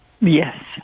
Yes